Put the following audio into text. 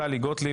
טלי גוטליב,